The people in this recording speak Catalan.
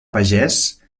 pagès